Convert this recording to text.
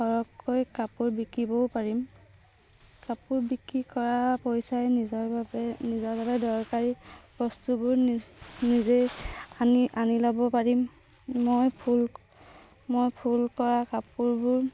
সৰহকৈ কাপোৰ বিকিবও পাৰিম কাপোৰ বিক্ৰী কৰা পইচাৰে নিজৰ বাবে নিজৰ বাবে দৰকাৰী বস্তুবোৰ নিজেই আনি আনি ল'ব পাৰিম মই ফুল মই ফুল কৰা কাপোৰবোৰ